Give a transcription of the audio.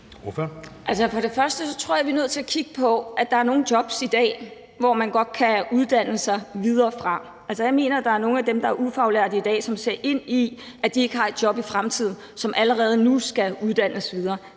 for det første tror jeg, at vi er nødt til at kigge på, at der er nogle jobs i dag, som man godt kan uddanne sig videre fra. Jeg mener, at der er nogle af dem, der er ufaglærte i dag, som ser ind i, at de ikke har et job i fremtiden, og som allerede nu skal uddannes videre.